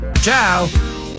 ciao